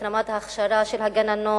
את רמת ההכשרה של הגננות,